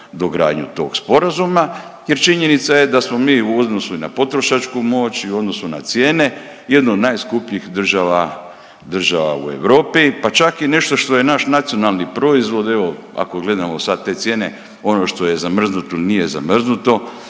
dogradnju tog sporazuma, jer činjenica je da smo mi i u odnosu na potrošačku moć i u odnosu na cijene jedna od najskupljih država, država u Europi. Pa čak i nešto što je naš nacionalni proizvod, evo ako gledamo sad te cijene ono što je zamrznuto nije zamrznuto.